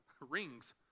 Rings